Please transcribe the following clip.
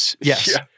Yes